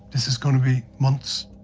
this is going to be months.